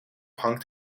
hangt